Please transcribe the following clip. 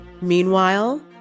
Meanwhile